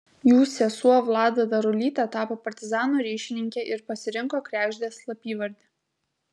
jų sesuo vlada darulytė tapo partizanų ryšininkė ir pasirinko kregždės slapyvardį